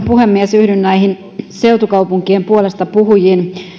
puhemies yhdyn näihin seutukaupunkien puolestapuhujiin